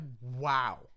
wow